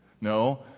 No